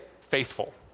faithful